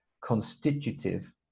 constitutive